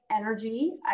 energy